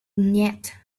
yet